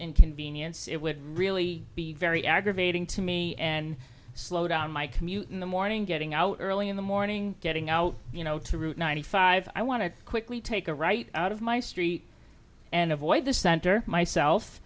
inconvenience it would really be very aggravating to me and slow down my commute in the morning getting out early in the morning getting out you know to route ninety five i want to quickly take a right out of my street and avoid the center myself